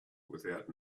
without